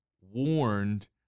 warned